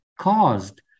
caused